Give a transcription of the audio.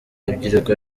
rubyiruko